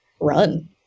run